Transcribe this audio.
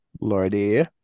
Lordy